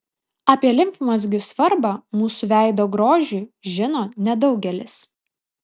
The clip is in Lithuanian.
apie limfmazgių svarbą mūsų veido grožiui žino nedaugelis